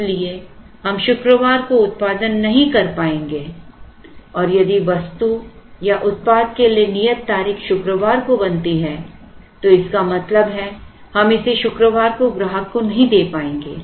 इसलिए हम शुक्रवार को उत्पादन नहीं कर पाएंगे और यदि वस्तु या उत्पाद के लिए नियत तारीख शुक्रवार को बनती है तो इसका मतलब है कि हम इसे शुक्रवार को ग्राहक को नहीं दे पाएंगे